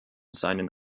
seinen